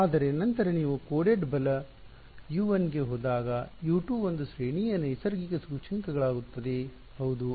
ಆದರೆ ನಂತರ ನೀವು ಕೋಡೆಡ್ ಬಲ U1 ಗೆ ಹೋದಾಗ U2 ಒಂದು ಶ್ರೇಣಿಯ ನೈಸರ್ಗಿಕ ಸೂಚ್ಯಂಕಗಳಾಗುತ್ತದೆ ಹೌದು